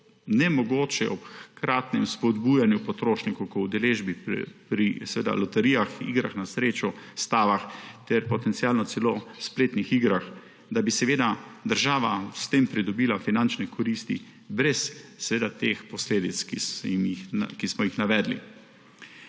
vendar je ob hkratnem spodbujanju potrošnikov k udeležbi pri loterijah, igrah na srečo, stavah ter potencialno celo spletnih igrah, nemogoče, da bi država s tem pridobila finančne koristi brez posledic, ki smo jih navedli.